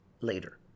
later